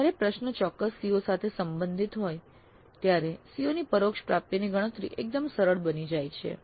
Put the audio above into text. જ્યારે પ્રશ્નો ચોક્કસ CO સાથે સંબંધિત હોય ત્યારે COs ની પરોક્ષ પ્રાપ્તિની ગણતરી એકદમ સરળ બની જાય છે